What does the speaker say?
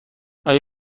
آیا